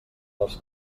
dels